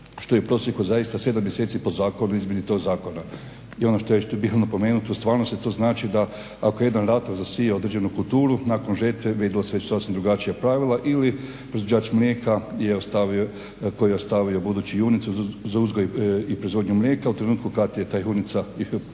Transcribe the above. što je u prosjeku zaista sedam mjeseci po zakonu, izmjeni tog zakona. I ono što je bitno napomenuti, u stvarnosti to znači da ako jedan ratar zasije određenu kulturu nakon žetve vrijedila su već sasvim drugačija pravila ili proizvođač mlijeka je ostavio, koji je ostavio budući junicu za proizvodnju mlijeka u trenutku kad je ta junica, poslije